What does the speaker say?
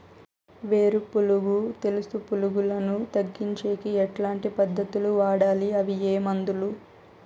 వేరు పులుగు తెలుసు పులుగులను తగ్గించేకి ఎట్లాంటి పద్ధతులు వాడాలి? అవి ఏ మందులు?